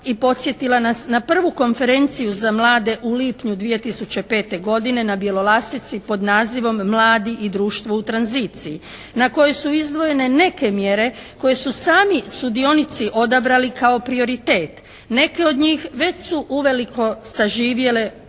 i podsjetila nas na 1. konferenciju za mlade u lipnju 2005. godine na Bjelolasici pod nazivom "Mladi i društvo u tranziciji" na kojoj su izdvojene neke mjere koje su sami sudionici odabrali kao prioritet. Neke od njih već su uveliko saživjele i